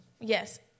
Yes